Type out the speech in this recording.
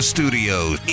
Studios